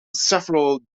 several